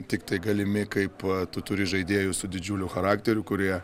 tiktai galimi kaip turi žaidėjus su didžiuliu charakteriu kurie